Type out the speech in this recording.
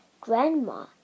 Grandma